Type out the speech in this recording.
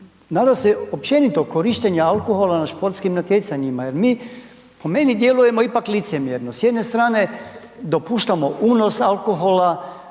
nadam se općenito korištenja alkohola na športskim natjecanjima jer mi po meni djelujemo ipak licemjerno. S jedne strane dopuštamo unos alkohola,